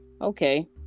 Okay